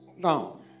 gone